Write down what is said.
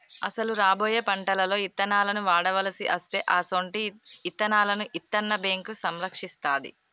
అసలు రాబోయే పంటలలో ఇత్తనాలను వాడవలసి అస్తే అసొంటి ఇత్తనాలను ఇత్తన్న బేంకు సంరక్షిస్తాది